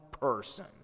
person